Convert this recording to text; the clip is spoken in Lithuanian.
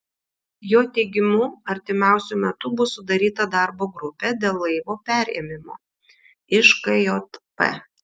jo teigimu artimiausiu metu bus sudaryta darbo grupė dėl laivo perėmimo iš kjp